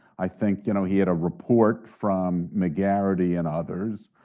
i think you know he had a report from mcgarrity and others,